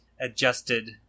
adjusted